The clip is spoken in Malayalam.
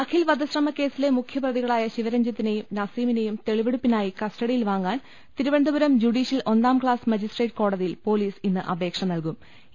അഖിൽ വധശ്രമക്കേസിലെ മുഖ്യപ്രതികളായി ശിവരഞ്ജിത്തി നെയും നസീമിനെയും തെളിവെടുപ്പിനായി ക്സ്റ്റ്ഡിയിൽ വാങ്ങാൻ തിരുവനന്തപുരം ജുഡീഷ്യൽ ഒന്നാം ക്ലാസ് മജിസ്ട്രേറ്റ് കോടതി യിൽ പൊലീസ് ഇന്ന് അപേക്ഷ നൽകൂം